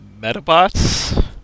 Metabots